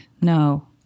No